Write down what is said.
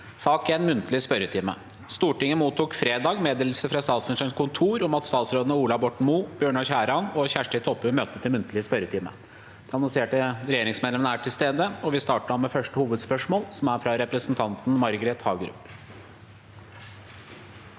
Presidenten Stortinget mottok fredag meddelelse fra Statsministerens kontor om at statsrådene Ola Borten Moe, Bjørnar Skjæran og Kjersti Toppe vil møte til muntlig spørretime. De annonserte regjeringsmedlemmene er til stede. Vi starter med første hovedspørsmål, fra representanten Margret Hagerup.